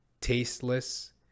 tasteless